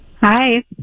Hi